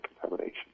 contamination